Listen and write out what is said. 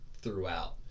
throughout